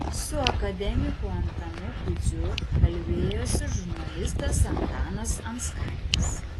su akademiku antanu kudziu kalbėjosi žurnalistas antanas anskaitis